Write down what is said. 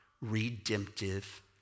redemptive